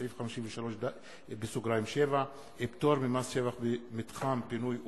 סעיף 53(7) פטור ממס שבח במתחם פינוי ובינוי.